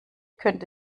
könnte